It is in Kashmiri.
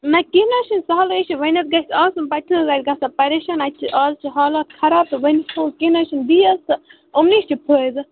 نہٕ کیٚنٛہہ نہ حظ چھُنہٕ سہلٕے حظ چھُ وۄںۍ حظ گژھِ آسُن پتہٕ چھِنہٕ حظ اتہِ گژھان پریشان اتہِ چھِ ازچھِ حالات خراب تہٕ وۄنۍ کیٚنٛہہ نہ حظ چھُںہٕ بیٚیہِ حظ تہٕ یِمنٕے چھُ فٲیدٕ